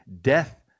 death